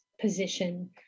position